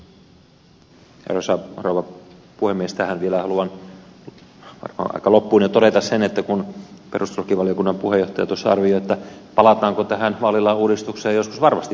tähän vielä haluan varmaan jo aika loppuun todeta sen että kun perustuslakivaliokunnan puheenjohtaja tuossa arvioi palataanko tähän vaalilain uudistukseen joskus varmasti palataan